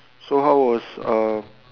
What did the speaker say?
so how was uh